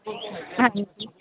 ਹਾਂਜੀ